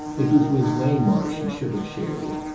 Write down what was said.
it was with waymarsh he should have shared it,